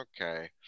okay